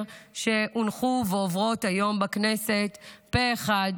שהונחו ועוברות היום בכנסת פה-אחד,